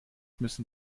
müssen